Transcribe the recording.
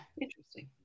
Interesting